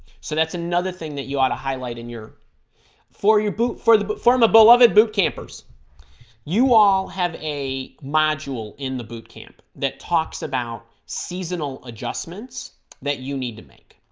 so that's another thing that you ought to highlight in your for your boot for the but pharma beloved boot campers you all have a module in the boot camp that talks about seasonal adjustments that you need to make